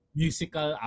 musical